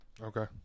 Okay